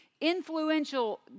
influential